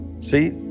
See